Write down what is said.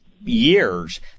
years